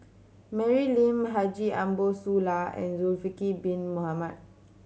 Mary Lim Haji Ambo Sooloh and Zulkifli Bin Mohamed